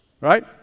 right